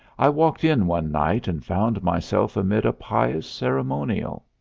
i walked in one night and found myself amid a pious ceremonial.